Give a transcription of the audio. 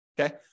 Okay